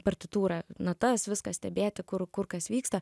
partitūrą natas viską stebėti kur kur kas vyksta